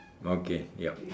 okay yup